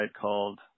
called